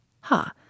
Ha